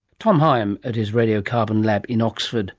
tom higham at his radiocarbon lab in oxford